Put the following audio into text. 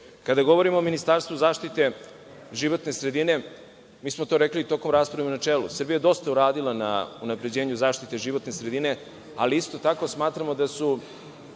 govorimo o ministarstvu zaštite životne sredine, rekli smo to tokom rasprave u načelu, Srbija je dosta uradila na unapređenju zaštite životne sredine, ali isto tako smatramo da su